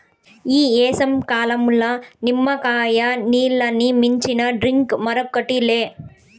ఈ ఏసంకాలంల నిమ్మకాయ నీల్లని మించిన డ్రింక్ మరోటి లే